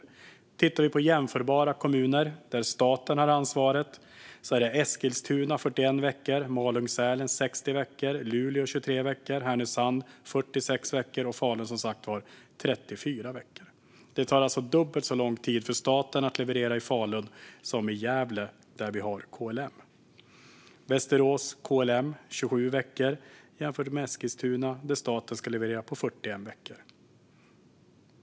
Om vi tittar på jämförbara kommuner där staten har ansvaret ser vi Eskilstuna: 41 veckor, Malung och Sälen: 60 veckor, Luleå: 23 veckor, Härnösand: 46 veckor och, som sagt, Falun: 34 veckor. Det tar alltså dubbelt så lång tid för staten att leverera i Falun som det tar i Gävle, där vi har KLM. I Västerås, som har KLM, tar det 27 veckor, jämfört med Eskilstuna, där staten levererar på 41 veckor.